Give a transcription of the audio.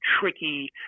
tricky